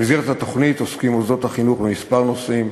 במסגרת התוכנית עוסקים מוסדות החינוך בכמה נושאים: